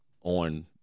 on